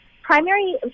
primary